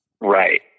Right